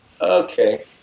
Okay